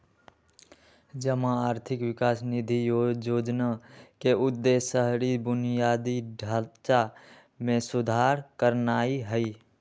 जमा आर्थिक विकास निधि जोजना के उद्देश्य शहरी बुनियादी ढचा में सुधार करनाइ हइ